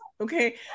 Okay